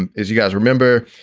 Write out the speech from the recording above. and as you guys remember,